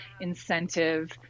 incentive